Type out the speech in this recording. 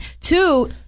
Two